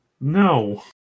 No